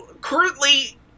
Currently